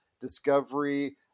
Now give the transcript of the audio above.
discovery